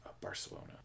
Barcelona